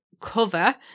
cover